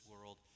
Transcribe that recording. world